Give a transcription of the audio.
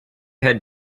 had